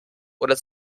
oder